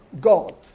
God